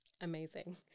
Amazing